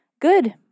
Good